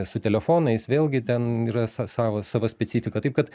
su telefonais vėlgi ten yra sa savo sava specifika taip kad